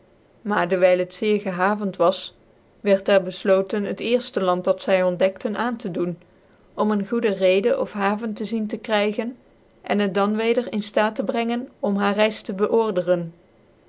ar dewy het zeer gehavend was wierd er beflootcn het cerfte land dat zy ontdekte aan tc doen om ccn goede reedc of haven tc zien tc krygen en het dan weder in ftaat tc brengen om haar reizc tc